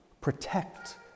protect